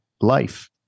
life